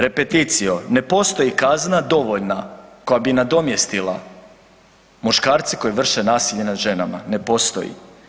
Repetitio ne postoji kazna dovoljna koja bi nadomjestila muškarce koje vrše nasilje nad ženama, ne postoji.